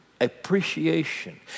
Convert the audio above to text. appreciation